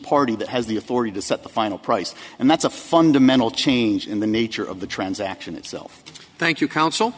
party that has the authority to set the final price and that's a fundamental change in the nature of the transaction itself thank you coun